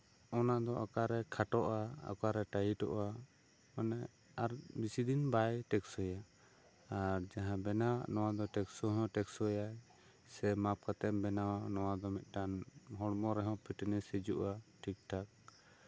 ᱚᱱᱟ ᱫᱚ ᱚᱠᱟᱨᱮ ᱠᱷᱟᱴᱚᱜᱼᱟ ᱚᱠᱟᱨᱮ ᱴᱟᱭᱤᱰᱚᱜᱼᱟ ᱢᱟᱱᱮ ᱟᱨ ᱵᱮᱥᱤ ᱫᱤᱱ ᱵᱟᱭ ᱴᱮᱠᱥᱳᱭᱟ ᱟᱨ ᱡᱟᱦᱟᱸ ᱵᱮᱱᱟᱣᱟ ᱟᱜ ᱴᱮᱠᱥᱳᱭ ᱟᱭ ᱥᱮ ᱢᱟᱯ ᱠᱟᱛᱮᱜ ᱮᱢ ᱵᱮᱱᱟᱣᱟ ᱱᱚᱣᱟ ᱫᱚ ᱢᱤᱫᱴᱟᱝ ᱦᱚᱲᱢᱚ ᱨᱮᱦᱚᱸ ᱯᱷᱤᱴᱱᱮᱥ ᱦᱤᱡᱩᱜᱼᱟ ᱴᱷᱤᱠ ᱴᱷᱟᱠ